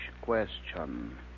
question